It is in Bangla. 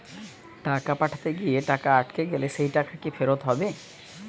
টাকা পাঠাতে গিয়ে টাকা আটকে গেলে সেই টাকা কি ফেরত হবে?